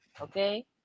Okay